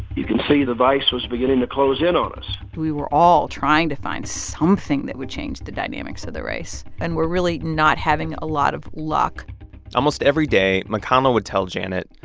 you can see the vise was beginning to close in on us we were all trying to find something that would change the dynamics of the race. and we're really not having a lot of luck almost every day, mcconnell would tell janet,